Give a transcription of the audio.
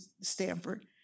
Stanford